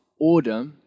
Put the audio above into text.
order